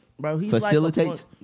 Facilitates